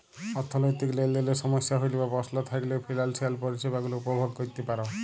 অথ্থলৈতিক লেলদেলে সমস্যা হ্যইলে বা পস্ল থ্যাইকলে ফিলালসিয়াল পরিছেবা গুলা উপভগ ক্যইরতে পার